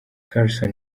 carson